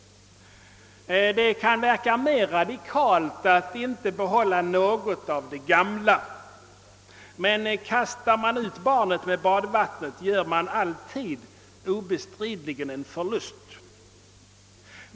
Det kan verka mer radikalt att inte behålla något av det gamla, men kastar man ut barnet med badvattnet gör man obestridligen alltid en förlust.